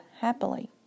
happily